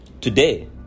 today